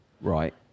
right